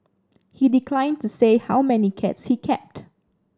he declined to say how many cats he kept